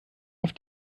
auf